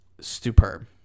superb